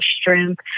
strength